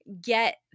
get